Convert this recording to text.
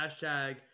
hashtag